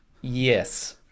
yes